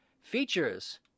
Features